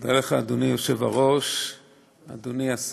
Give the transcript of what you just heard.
תודה רבה, אדוני.